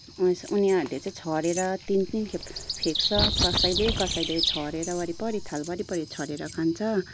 उनीहरूले चाहिँ छरेर तिन तिन खेप फ्याँक्छ कसैले कसैले छरेर परिपरि थाल वरिपरि छरेर खान्छ